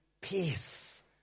peace